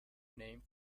name